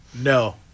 No